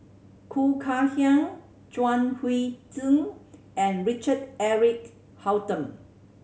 Khoo Kay Hian Chuang Hui Tsuan and Richard Eric Holttum